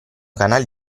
canali